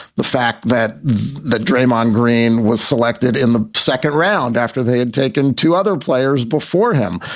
the fact that that draymond green was selected in the second round after they had taken two other players before him,